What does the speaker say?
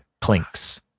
clinks